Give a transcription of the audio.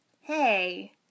Hey